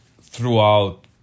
throughout